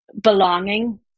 belonging